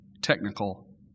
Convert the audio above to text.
technical